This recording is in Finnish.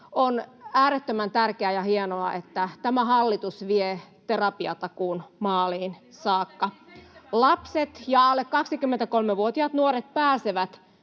On äärettömän tärkeää ja hienoa, että tämä hallitus vie terapiatakuun maaliin saakka. [Krista Kiurun välihuuto] Lapset ja alle 23-vuotiaat nuoret pääsevät